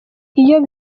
iyo